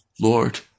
Lord